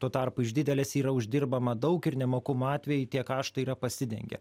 tuo tarpu iš didelės yra uždirbama daug ir nemokumo atvejai tie kaštai yra pasidengia